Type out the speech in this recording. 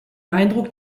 eindruck